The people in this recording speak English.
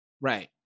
Right